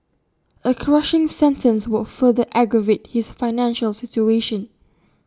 A crushing sentence would further aggravate his financial situation